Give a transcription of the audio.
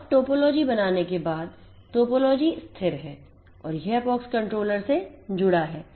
अब टोपोलॉजी बनाने के बाद टोपोलॉजी स्थिर है और यह POX कंट्रोलर से जुड़ा है